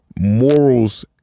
morals